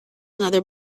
another